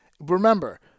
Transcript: remember